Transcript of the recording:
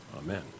Amen